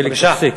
בבקשה.